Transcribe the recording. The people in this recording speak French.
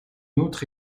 autre